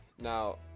Now